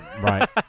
Right